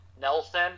Nelson